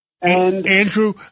Andrew